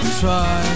try